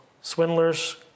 swindlers